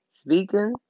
speaking